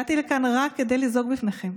באתי לכאן רק כדי לזעוק בפניכם: